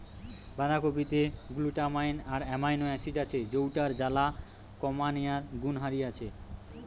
বাঁধাকপিরে glutamine আর amino acid আছে যৌটার জ্বালা কমানিয়ার গুণহারি আছে